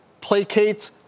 placate